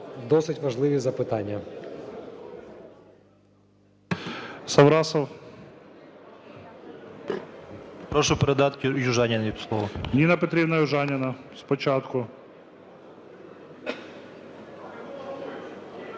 досить важливі запитання.